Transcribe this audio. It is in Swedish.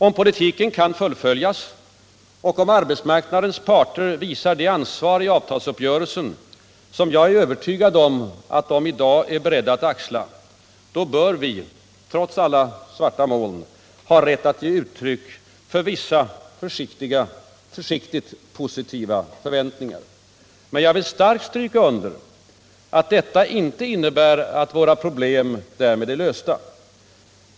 Om politiken kan fullföljas och om arbetsmarknadens parter visar det ansvar i avtalsuppgörelsen, som jag är övertygad om att de i dag är beredda att axla, bör vi — trots alla svarta moln — ha rätt att ge uttryck för vissa försiktigt positiva förväntningar. Men jag vill starkt stryka under att detta inte innebär att våra problem därmed är lösta.